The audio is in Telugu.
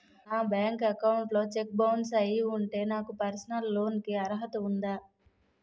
నా బ్యాంక్ అకౌంట్ లో చెక్ బౌన్స్ అయ్యి ఉంటే నాకు పర్సనల్ లోన్ కీ అర్హత ఉందా?